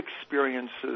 experiences